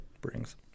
brings